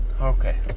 Okay